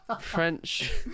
French